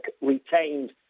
retained